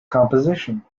composition